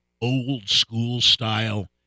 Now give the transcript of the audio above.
old-school-style